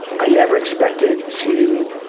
i never expected to,